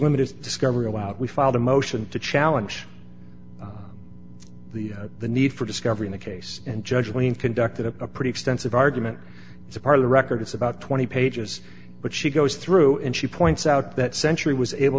limited discovery allowed we filed a motion to challenge the the need for discovery in the case and judge when conducted a pretty extensive argument as a part of the record it's about twenty pages but she goes through and she points out that century was able